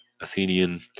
Athenian